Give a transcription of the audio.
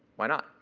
why not?